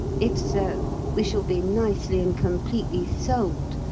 if so we shall be nicely and completely sold,